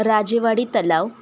राजेवाडी तलाव